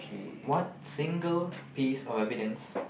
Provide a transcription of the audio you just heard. what single piece of evidence